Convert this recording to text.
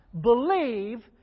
Believe